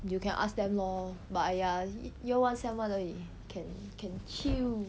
you can ask them lor but !aiya! year one sem one 而已 can can chill